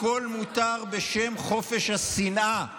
הכול מותר בשם חופש השנאה,